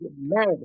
mad